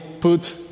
put